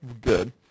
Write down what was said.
Good